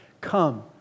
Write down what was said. Come